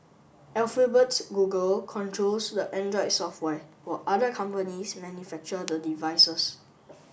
Alphabet's Google controls the Android software while other companies manufacture the devices